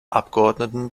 abgeordneten